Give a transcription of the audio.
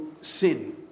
sin